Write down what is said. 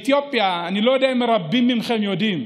אני לא יודע אם רבים מכם יודעים,